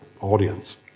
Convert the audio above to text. audience